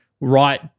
right